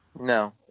No